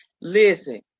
Listen